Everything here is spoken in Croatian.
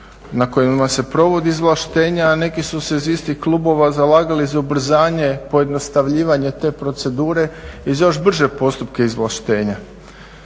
na kojima se provodi izvlaštenje, a neki su se iz istih klubova zalagali za ubrzanje pojednostavljivanja te procedure i za još brže postupke izvlaštenja.